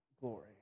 glory